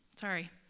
Sorry